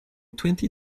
twenty